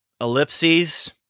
ellipses